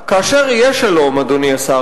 אל תטיפי לי.